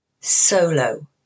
solo